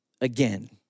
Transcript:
again